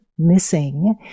missing